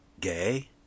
gay